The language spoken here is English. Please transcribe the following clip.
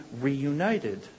reunited